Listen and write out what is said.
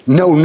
no